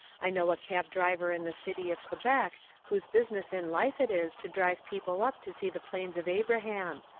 i know a cab driver in the city of quebec whose business in life it is to drive people up to see the plains of abraham,